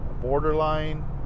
Borderline